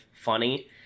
funny